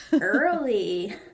early